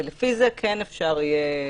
ולפי זה כן אפשר יהיה